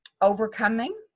overcoming